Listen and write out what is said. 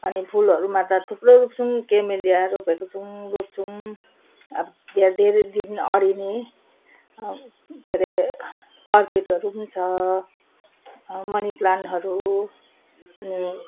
अनि फुलहरूमा त थुप्रो रोप्छौँ केमेलिया रोपेको छौँ रोप्छौँ अब त्यहाँ धेरै दिन अडिने के अरे अर्किडहरू पनि छ मनी प्लान्टहरू